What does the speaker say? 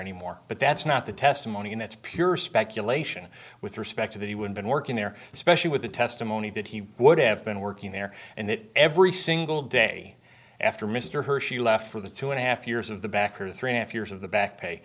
anymore but that's not the testimony and that's pure speculation with respect to that he would been working there especially with the testimony that he would have been working there and that every single day after mr hershey left for the two and a half years of the back or three years of the back pay